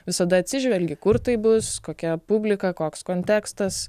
visada atsižvelgi kur tai bus kokia publika koks kontekstas